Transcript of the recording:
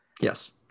Yes